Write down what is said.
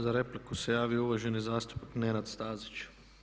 Za repliku se javio uvaženi zastupnik Nenad Stazić.